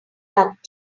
luck